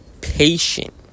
patient